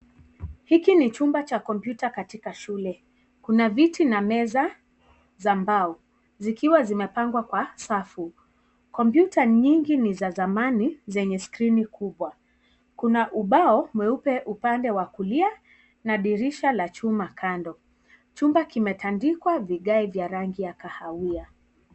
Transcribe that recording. Hiki ni chumba cha kompyuta katika shule. Kuna viti na meza za mbao zikiwa zimepangwa kwa safu. Kompyuta nyingi ni za zamani zenye skrini kubwa. Kuna ubao mweupe upande wa kulia na dirisha la chuma kando. Chumba kimetandikwa vigae vya rangi ya kahawia.